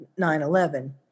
9-11